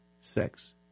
sex